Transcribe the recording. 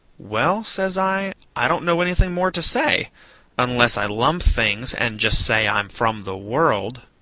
well, says i, i don't know anything more to say unless i lump things, and just say i'm from the world.